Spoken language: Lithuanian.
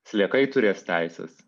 sliekai turės teises